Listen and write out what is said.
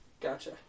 Gotcha